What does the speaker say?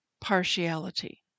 partiality